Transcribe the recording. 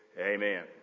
amen